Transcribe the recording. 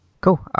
Cool